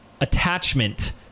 attachment